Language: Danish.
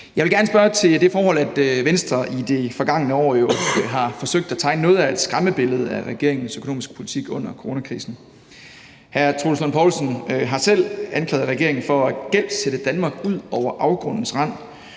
Jeg vil gerne spørge til det forhold, at Venstre i det forgangne år jo har forsøgt at tegne noget af et skræmmebillede af regeringens økonomiske politik under coronakrisen. Hr. Troels Lund Poulsen har selv anklaget regeringen for at gældsætte Danmark ud over afgrundens rand.